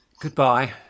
Goodbye